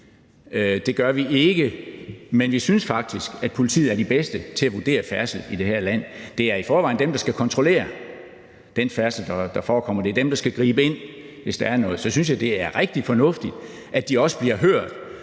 det gør vi ikke. Men vi synes faktisk, at politiet er de bedste til at vurdere færdsel i det her land. Det er i forvejen dem, der skal kontrollere den færdsel, der foregår, det er dem, der skal gribe ind, når der sker noget. Og så synes jeg, det er rigtig fornuftigt, at de også bliver hørt,